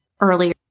earlier